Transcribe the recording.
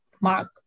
Mark